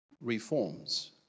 reforms